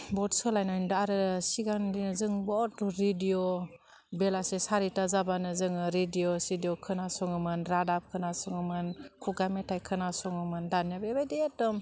बहत सोलायनायनानै दा आरो सिगांनिदो जों बहत रेडिअ बेलासि सारिथा जाबानो जोङो रेडिअ सिडिअ खोनासङोमोन रादाब खोनासङोमोन खुगा मेथाइ खोनासङोमोन दानिया बेबायदि एमदम